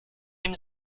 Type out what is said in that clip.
dem